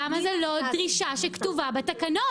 למה זאת לא דרישה שכתובה בתקנות?